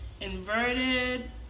Inverted